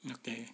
okay